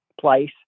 place